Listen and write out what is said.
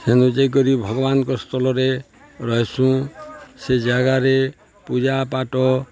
ସେନୁ ଯାଇ କରି ଭଗବାନଙ୍କ ସ୍ଥଲରେ ରହିସୁଁ ସେ ଜାଗାରେ ପୂଜାପାଠ